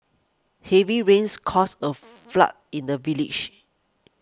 heavy rains caused a flood in the village